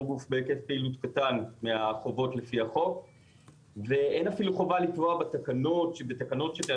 גוף קטן מהחובות לפי החוק ואין אפילו חובה לקבוע בתקנות שקבעה